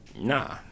nah